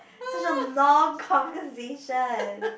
such a long conversation